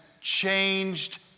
changed